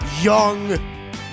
young